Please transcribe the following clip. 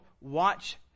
watch